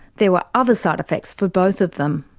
there were other side effects for both of them.